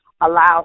allow